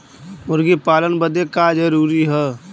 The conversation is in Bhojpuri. मुर्गी पालन बदे का का जरूरी ह?